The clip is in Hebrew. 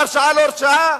הרשעה לא הרשעה?